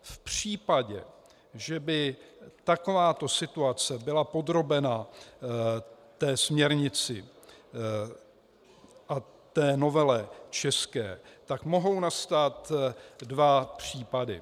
V případě, že by takováto situace byla podrobena té směrnici a té české novele, mohou nastat dva případy.